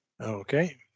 Okay